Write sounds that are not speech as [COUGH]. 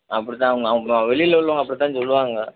அப்படித்தான் அவங்க [UNINTELLIGIBLE] வெளியில உள்ளவங்க அப்படித்தான் சொல்லுவாங்கள்